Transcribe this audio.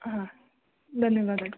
ಹಾಂ ಧನ್ಯವಾದ